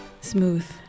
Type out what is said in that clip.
smooth